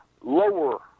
lower